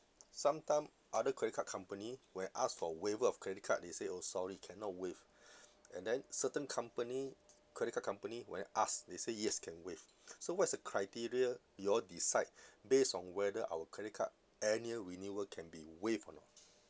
sometime other credit card company when I ask for waiver of credit card they say oh sorry cannot waive and then certain company credit card company when I ask they say yes can waive so what is the criteria you all decide based on whether our credit card annual renewal can be waived or not